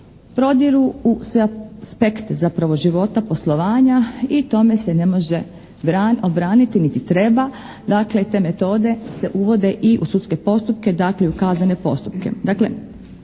prodiru u spekt zapravo života, poslova i tome se ne može obraniti niti treba, dakle i te metode se uvode i u sudske postupke, dakle i u kaznene postupke.